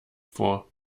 vor